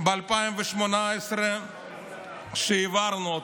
ב-2018 שהעברנו,